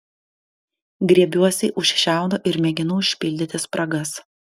griebiuosi už šiaudo ir mėginu užpildyti spragas